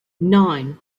nine